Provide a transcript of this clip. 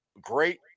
great